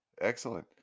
excellent